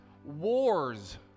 Wars